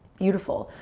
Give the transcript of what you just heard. beautiful.